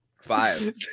five